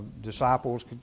Disciples